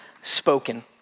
spoken